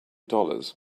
dollars